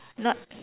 not